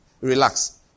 relax